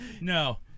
No